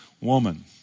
woman